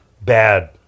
bad